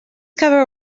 cover